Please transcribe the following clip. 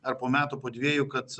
ar po metų po dviejų kad